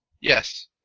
Yes